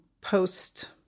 post-